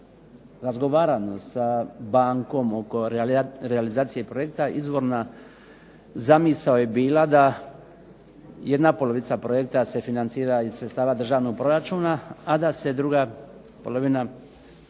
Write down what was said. razgovarano sa bankom oko realizacije projekta izvorna zamisao je bila da jedna polovica projekta se financira iz sredstava državnog proračuna, a da se druga polovina projekta